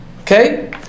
Okay